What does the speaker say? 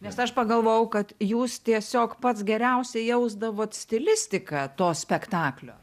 nes aš pagalvojau kad jūs tiesiog pats geriausiai jausdavot stilistiką to spektaklio